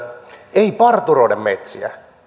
ei parturoida metsiä